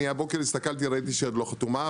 הבוקר הסתכלתי וראיתי שהיא לא חתומה,